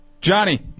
Johnny